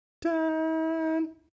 dun